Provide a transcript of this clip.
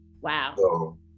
Wow